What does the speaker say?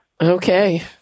Okay